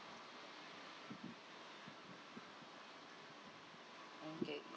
okay